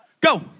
go